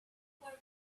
where